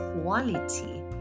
quality